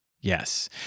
Yes